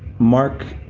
mark,